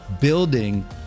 building